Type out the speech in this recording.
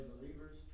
believers